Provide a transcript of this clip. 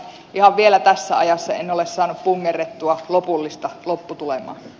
ihan vielä tässä ajassa en ole saanut pungerrettua lopullista lopputulemaa